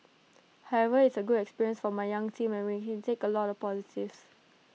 however it's A good experience for my young team and we can take A lot of positives